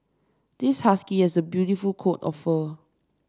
this husky has a beautiful coat of fur